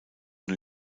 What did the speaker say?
new